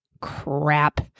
Crap